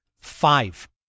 Five